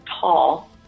tall